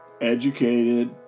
educated